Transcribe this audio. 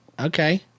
Okay